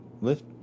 lift